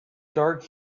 dark